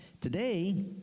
today